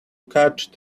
catch